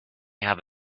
have